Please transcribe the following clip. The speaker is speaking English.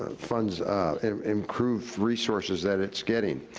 ah fund's improved resources that it's getting.